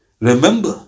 remember